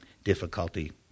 difficulty